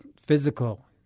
physical